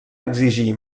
exigir